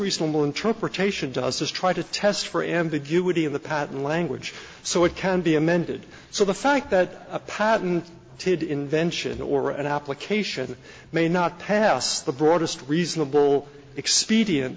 reasonable interpretation does is try to test for ambiguity in the patent language so it can be amended so the fact that a patent to invention or an application may not pass the broadest reasonable expedi